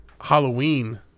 Halloween